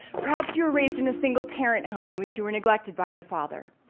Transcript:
perhaps you were raised in a single parent home, in which you were neglected by your father.